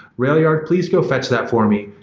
railyard, please go fetch that for me.